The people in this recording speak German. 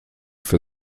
für